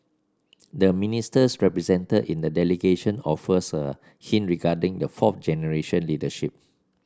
the Ministers represented in the delegation offers a hint regarding the fourth generation leadership